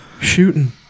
Shooting